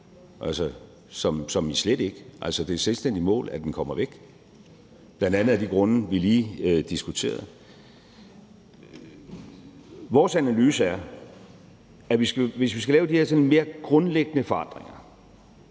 altså som i slet ikke. Det er et selvstændigt mål, at den kommer væk, bl.a. af de grunde, vi lige diskuterede. Vores analyse er, at hvis vi skal lave de her sådan mere grundlæggende forandringer,